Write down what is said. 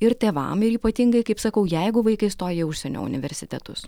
ir tėvam ir ypatingai kaip sakau jeigu vaikai stoja į užsienio universitetus